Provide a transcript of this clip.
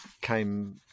came